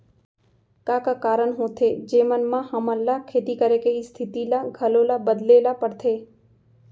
का का कारण होथे जेमन मा हमन ला खेती करे के स्तिथि ला घलो ला बदले ला पड़थे?